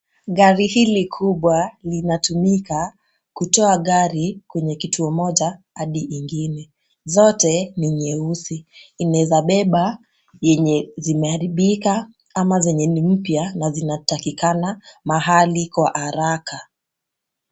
Gari hili kubwa linatumika kutoa gari kwenye kituo moja hadi ingine. Zote ni nyeusi ,inaeza beba yenye zimeharibika ama zenye ni mpya na zinatakikana mahali kwa haraka.